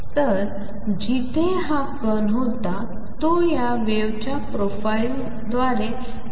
तर जिथे हा कण होता तो या वेव्हच्या प्रोफाइलद्वारे दिला जात आहे